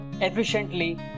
efficiently